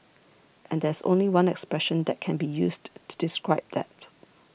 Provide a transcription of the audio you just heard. and there's only one expression that can be used to describe that